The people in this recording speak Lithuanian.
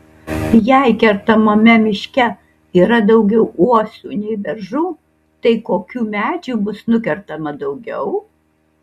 jei kertamame miške yra daugiau uosių nei beržų tai kokių medžių bus nukertama daugiau